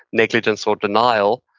negligence, or denial,